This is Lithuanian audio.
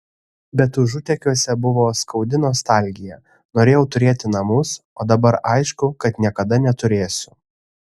bet užutekiuose buvo skaudi nostalgija norėjau turėti namus o dabar aišku kad niekada neturėsiu